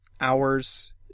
hours